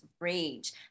rage